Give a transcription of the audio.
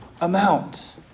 amount